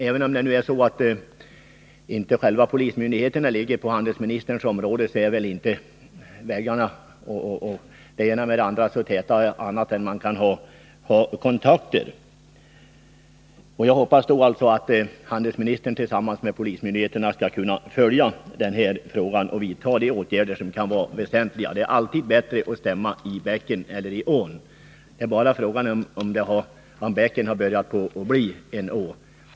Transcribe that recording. Även om inte själva polismyndigheterna ligger inom handelsministerns område, är väl inte väggar m.m. tätare än att man kan ha kontakter. Jag hoppas alltså att handelsministern tillsammans med polismyndigheterna skall kunna följa denna fråga och vidta de åtgärder som kan vara väsentliga. Det är alltid bättre att stämma i bäcken än i ån. Frågan är bara om inte bäcken har börjat bli en å.